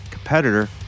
Competitor